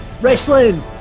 wrestling